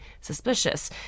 suspicious